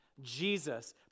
Jesus